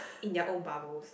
in their own bubbles